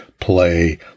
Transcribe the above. play